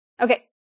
Okay